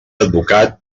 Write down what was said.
advocat